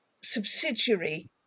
subsidiary